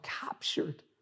captured